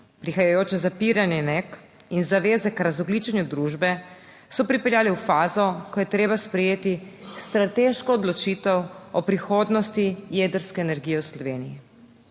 prihajajoče zapiranje NEK in zaveze k razogljičenju družbe so pripeljale v fazo, ko je treba sprejeti strateško odločitev o prihodnosti jedrske energije v Sloveniji.